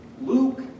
Luke